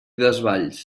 desvalls